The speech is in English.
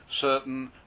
certain